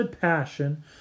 passion